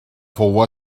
fou